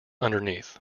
underneath